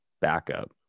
backup